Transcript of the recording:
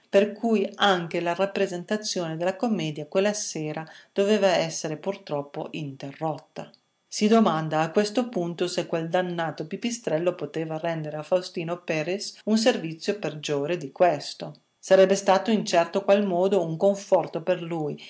per cui anche la rappresentazione della commedia quella sera doveva essere purtroppo interrotta si domanda a questo punto se quel dannato pipistrello poteva rendere a faustino perres un servizio peggiore di questo sarebbe stato in certo qual modo un conforto per lui